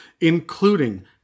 including